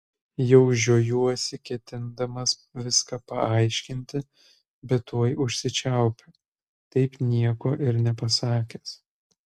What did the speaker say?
jau žiojuosi ketindamas viską paaiškinti bet tuoj užsičiaupiu taip nieko ir nepasakęs